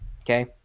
Okay